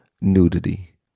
nudity